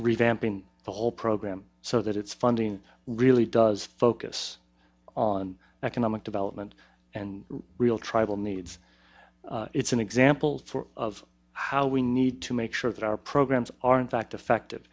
revamping the whole program so that its funding really does focus on economic development and real tribal needs it's an example of how we need to make sure that our programs are in fact effective